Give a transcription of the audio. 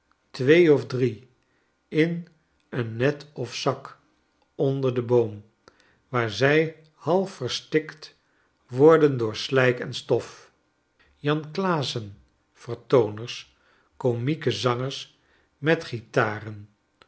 twee of drie in een netofzak onder den boom waar zij half verstikt worden door slijk en stof jan klaassen vertooners komieke zangers met guitaren